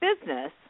business